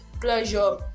pleasure